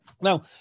Now